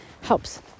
helps